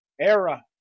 Era